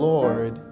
Lord